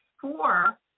four